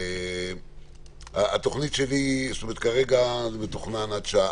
היום יום שלישי, השעה